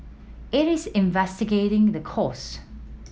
it is investigating the cause